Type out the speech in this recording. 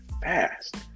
fast